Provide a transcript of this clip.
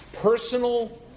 personal